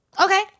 Okay